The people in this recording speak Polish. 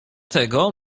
tego